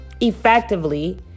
effectively